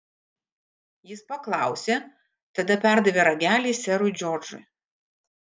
jis paklausė tada perdavė ragelį serui džordžui